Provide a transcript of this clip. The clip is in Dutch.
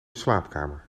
slaapkamer